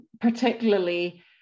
particularly